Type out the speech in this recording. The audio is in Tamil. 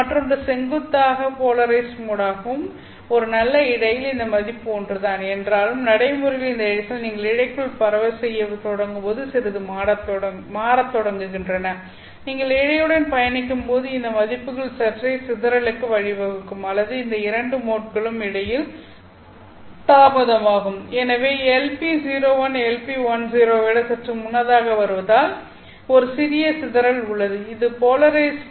மற்றொன்று செங்குத்தாக போலரைஸ்ட் மோடாகும் ஒரு நல்ல இழையில் இந்த மதிப்பு ஒன்றுதான் என்றாலும் நடைமுறையில் இந்த இழைகள் நீங்கள் இழைக்குள் பரவல் செய்யத் தொடங்கும் போது சிறிது மாறத் தொடங்குகின்றன நீங்கள் இழையுடன் பயணிக்கும்போது இந்த மதிப்புகள் சற்றே சிதறலுக்கு வழிவகுக்கும் அல்லது இந்த இரண்டு மோட்களுக்கும் இடையில் தாமதமாகும் எனவே LP01 LP10 ஐ விட சற்று முன்னால் வருவதால் ஒரு சிறிய சிதறல் உள்ளது இது போலரைஸ்ட்